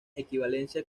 equivalencia